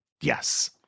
Yes